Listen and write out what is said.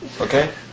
okay